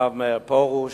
הרב מאיר פרוש,